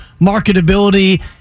marketability